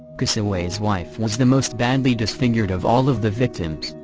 cassaway's wife was the most badly disfigured of all of the victims.